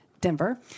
Denver